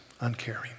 uncaring